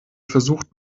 versucht